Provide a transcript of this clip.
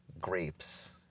grapes